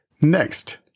Next